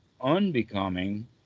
unbecoming